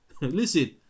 Listen